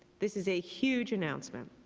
this is a huge announcement.